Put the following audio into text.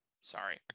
sorry